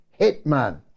Hitman